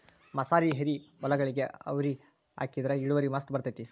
ಮಸಾರಿ ಎರಿಹೊಲಗೊಳಿಗೆ ಅವ್ರಿ ಹಾಕಿದ್ರ ಇಳುವರಿ ಮಸ್ತ್ ಬರ್ತೈತಿ